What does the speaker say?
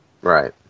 Right